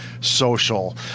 social